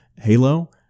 Halo